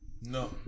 No